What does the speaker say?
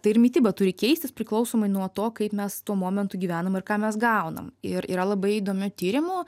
tai ir mityba turi keistis priklausomai nuo to kaip mes tuo momentu gyvenam ir ką mes gaunam ir yra labai įdomių tyrimų